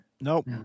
Nope